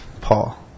Paul